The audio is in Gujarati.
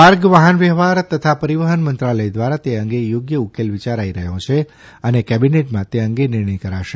માર્ગ વાહન વ્યવહાર તથા પરિવહન મંત્રાલય દ્વારા તે અંગે થોગ્ય ઉકેલ વિચારાઇ રહ્યો છે અને કેબિનેટમાં તે અંગે નિર્ણય કરાશે